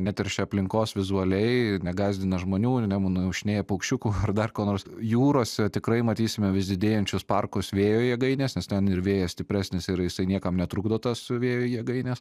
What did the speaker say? neteršia aplinkos vizualiai ir negąsdina žmonių ir nenumušinėja paukščiukų ar dar ko nors jūrose tikrai matysime vis didėjančius parkus vėjo jėgaines nes ten ir vėjas stipresnis ir jisai niekam netrukdo tas vėjo jėgainės